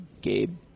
GABE